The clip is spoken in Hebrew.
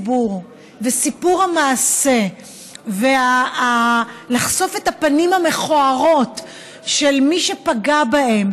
סיפור המעשה וחשיפת הפנים המכוערות של מי שפגע בהם,